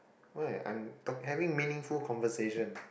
why I'm talk~ having meaningful conversation